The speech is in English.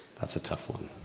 that's a tough one.